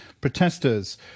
protesters